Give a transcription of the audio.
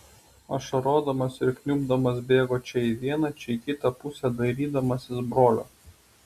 ašarodamas ir kniubdamas bėgo čia į vieną čia į kitą pusę dairydamasis brolio